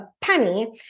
penny